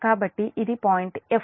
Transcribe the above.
కాబట్టి ఇది point f